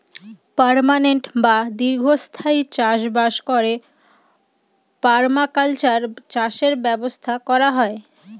permanent বা দীর্ঘস্থায়ী চাষ বাস করে পারমাকালচার চাষের ব্যবস্থা করা হয়